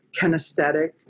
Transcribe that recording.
Kinesthetic